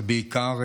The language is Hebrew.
ובעיקר,